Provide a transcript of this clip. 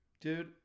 dude